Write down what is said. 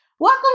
Welcome